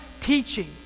teaching